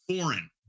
foreign